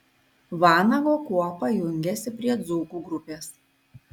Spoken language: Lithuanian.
vanago kuopa jungiasi prie dzūkų grupės